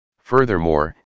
Furthermore